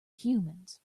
humans